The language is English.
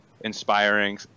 inspiring